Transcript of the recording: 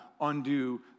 undo